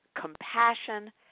compassion